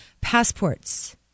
passports